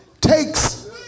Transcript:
takes